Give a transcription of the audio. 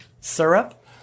Syrup